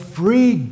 free